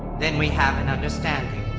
then we have an understanding.